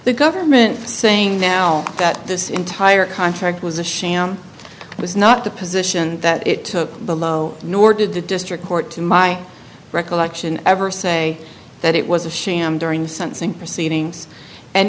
the government saying now that this entire contract was a sham was not the position that it took below nor did the district court to my recollection ever say that it was a sham during sentencing proceedings and